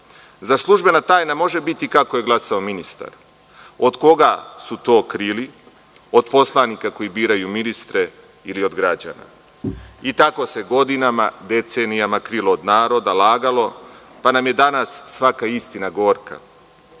Zar službena tajna može biti kako je glasao ministar? Od koga su to krili? Od poslanika koji biraju ministre ili od građana? Tako se godinama, decenijama krilo od naroda, lagalo, pa nam je danas svaka istina gorka. Nameru